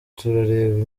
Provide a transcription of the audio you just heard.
turareba